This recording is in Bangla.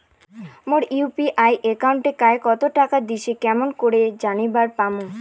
মোর ইউ.পি.আই একাউন্টে কায় কতো টাকা দিসে কেমন করে জানিবার পামু?